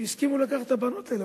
שהסכימו לקחת את הבנות האלה,